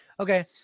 Okay